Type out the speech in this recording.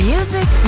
Music